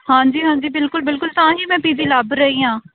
ਹਾਂਜੀ ਹਾਂਜੀ ਬਿਲਕੁਲ ਬਿਲਕੁਲ ਤਾਂ ਹੀ ਮੈਂ ਪੀ ਜੀ ਲੱਭ ਰਹੀ ਹਾਂ